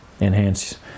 enhance